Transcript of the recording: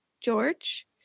George